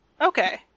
Okay